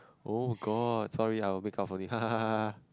oh-god sorry I will make up for it ha ha ha ha ha